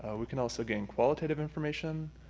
ah we can also gain qualitative information.